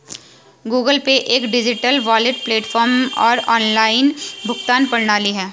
Google Pay एक digital wallet platform और online भुगतान प्रणाली है